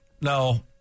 No